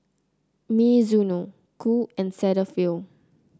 Mizuno Qoo and Cetaphil